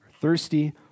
thirsty